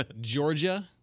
Georgia